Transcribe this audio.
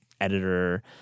editor